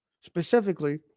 specifically